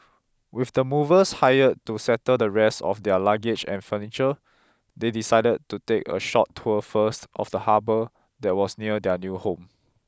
with the movers hired to settle the rest of their luggage and furniture they decided to take a short tour first of the harbour that was near their new home